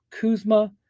Kuzma